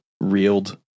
reeled